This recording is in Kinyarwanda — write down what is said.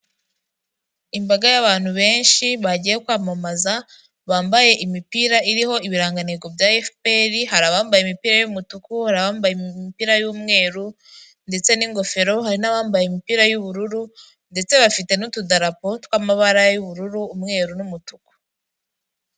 Imbaga y'abantu benshi bagiye kwamamaza bambaye imipira iriho ibiranganitego bya Efuperi, hari abambaye imipira yumutuku, bambaye impira y'umweru ndetse n'ingofero, hari n'abambaye imipira yu'ubururu ndetse bafite n'utudarapo tw'mabara y'ubururu, umweru n'umutuku